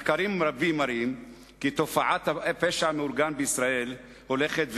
מחקרים רבים מראים כי תופעת הפשע המאורגן בישראל הולכת וגואה.